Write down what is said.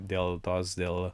dėl tos dėl